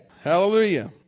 Hallelujah